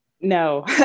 No